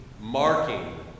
marking